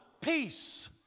peace